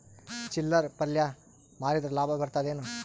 ಚಿಲ್ಲರ್ ಪಲ್ಯ ಮಾರಿದ್ರ ಲಾಭ ಬರತದ ಏನು?